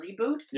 reboot